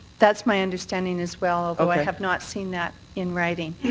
that's my understanding as well well i have not seen that in writing.